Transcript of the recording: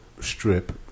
strip